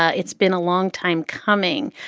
it's been a long time coming.